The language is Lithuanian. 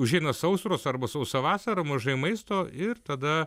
užeina sausros arba sausa vasara mažai maisto ir tada